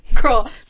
Girl